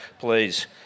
please